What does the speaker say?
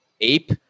ape